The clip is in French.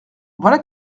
voilà